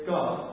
God